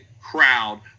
crowd